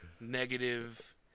negative